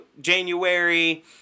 January